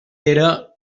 era